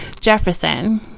Jefferson